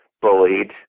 bullied